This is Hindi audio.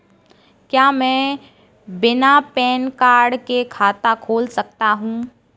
क्या मैं बिना पैन कार्ड के खाते को खोल सकता हूँ?